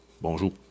bonjour